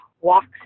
walks